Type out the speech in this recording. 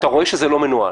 רואים שזה לא מנוהל.